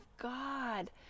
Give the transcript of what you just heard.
God